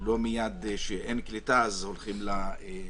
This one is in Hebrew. ואז עולה השאלה,